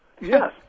Yes